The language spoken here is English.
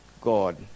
God